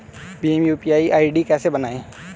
Bhim UPI ID कैसे बनाएं?